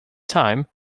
time